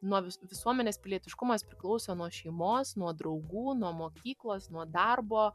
nuo visuomenės pilietiškumas priklauso nuo šeimos nuo draugų nuo mokyklos nuo darbo